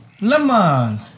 Lemon